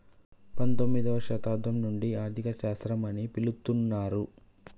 పంతొమ్మిదవ శతాబ్దం నుండి ఆర్థిక శాస్త్రం అని పిలుత్తున్నరు